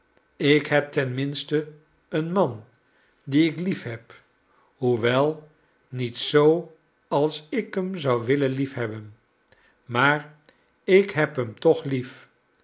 ik heb ten minste een man dien ik liefheb hoewel niet zoo als ik hem zou willen liefhebben maar ik heb hem toch lief